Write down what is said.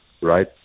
right